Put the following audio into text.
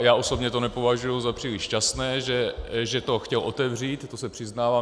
Já osobně to nepovažuji za příliš šťastné, že to chtěl otevřít, to se přiznávám.